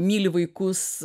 myli vaikus